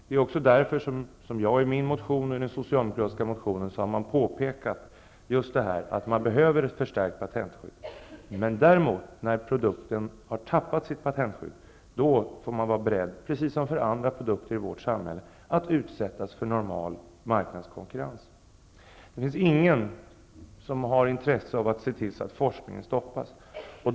Det är också därför som jag i min motion, och i den socialdemokratiska motionen, har påpekat att det behövs ett förstärkt patentskydd. Men däremot när patentskyddet har löpt ut för produkten får man vara beredd, precis som för andra produkter i vårt samhälle, att utsättas för normal marknadskonkurrens. Det finns inte någon som har intresse av att forskningen stoppas.